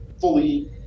fully